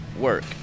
work